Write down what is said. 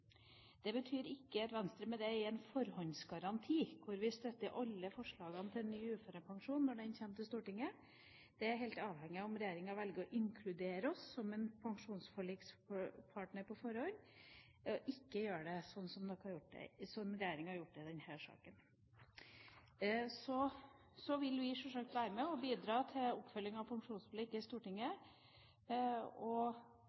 Det betyr ikke at Venstre med det gir en forhåndsgaranti for å støtte alle forslagene til en ny uførepensjon når den kommer til Stortinget. Det er helt avhengig av om regjeringa velger å inkludere oss som en pensjonsforlikspartner på forhånd eller ikke gjør det, som regjeringa har gjort i denne saken. Så vil vi sjølsagt være med og bidra til oppfølging av pensjonsforliket i Stortinget, og